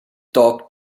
talk